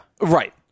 Right